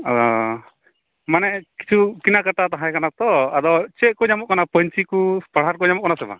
ᱚ ᱢᱟᱱᱮ ᱠᱤᱪᱷᱩ ᱠᱮᱱᱟ ᱠᱟᱴᱟ ᱛᱟᱦᱮᱸ ᱠᱟᱱᱟ ᱛᱚ ᱟᱫᱚ ᱪᱮᱫ ᱠᱚ ᱧᱟᱢᱚᱜ ᱠᱟᱱᱟ ᱯᱟᱹᱧᱪᱤ ᱠᱚ ᱯᱟᱨᱦᱟᱲ ᱠᱚ ᱧᱟᱢᱚᱜ ᱠᱟᱱᱟ ᱥᱮ ᱵᱟᱝ